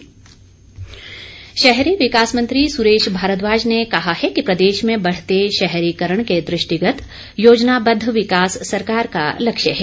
सुरेश भारद्वाज शहरी विकास मंत्री सुरेश भारद्वाज ने कहा है कि प्रदेश में बढ़ते शहरीकरण के दृष्टिगत योजनाबद्व विकास सरकार का लक्ष्य है